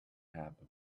happen